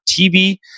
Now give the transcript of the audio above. tv